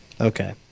Okay